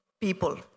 people